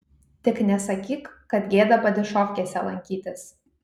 tik nesakyk kad gėda padyšofkėse lankytis